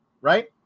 right